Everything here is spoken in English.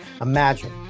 Imagine